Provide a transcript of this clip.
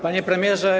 Panie Premierze!